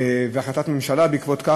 והחלטת הממשלה בעקבות זאת,